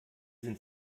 sind